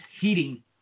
heating